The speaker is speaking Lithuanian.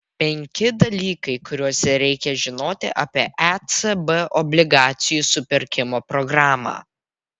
penki dalykai kuriuos reikia žinoti apie ecb obligacijų supirkimo programą